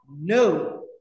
No